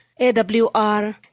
AWR